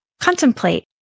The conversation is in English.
contemplate